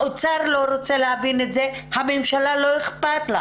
האוצר לא רוצה להבין את זה, הממשלה לא אכפת לה